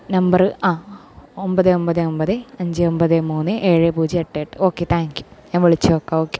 number ഒമ്പത് ഒമ്പത് ഒമ്പത് അഞ്ച് ഒമ്പത് മൂന്ന് ഏഴ് പൂജ്യം എട്ട് എട്ട് ഓക്കേ താങ്ക് യു ഞാൻ വിളിച്ച് നോക്കാം ഓക്കേ